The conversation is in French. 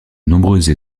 nombreuses